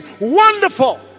wonderful